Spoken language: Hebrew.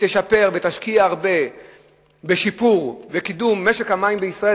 שתשפר ותשקיע הרבה בשיפור וקידום משק המים בישראל,